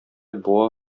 буа